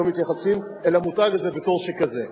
שקורא מהנייר מה שכתבו לו,